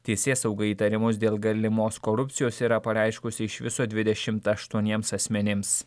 teisėsauga įtarimus dėl galimos korupcijos yra pareiškusi iš viso dvidešimt ašuoniems asmenims